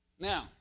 Now